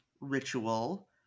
ritual